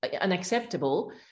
unacceptable